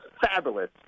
fabulous